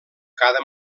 cada